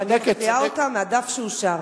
ואני מקריאה אותה מהדף שאושר.